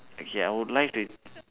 okay I would like to